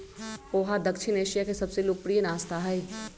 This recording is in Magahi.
पोहा दक्षिण एशिया के सबसे लोकप्रिय नाश्ता हई